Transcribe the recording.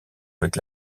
avec